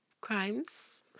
crimes